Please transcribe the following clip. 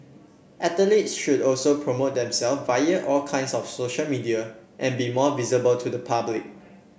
athletes should also promote themself via all kinds of social media and be more visible to the public